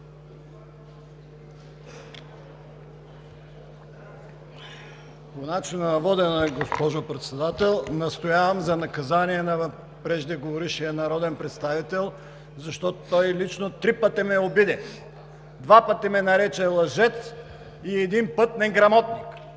По начина на водене, госпожо Председател! Настоявам за наказване на преждеговорившия народен представител, защото той лично три пъти ме обиди – два пъти ме нарече лъжец и един път неграмотник.